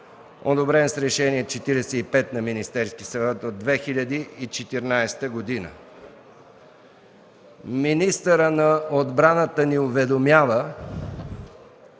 одобрен с Решение № 45 на Министерския съвет от 2014 г. Министърът на отбраната ни уведомява,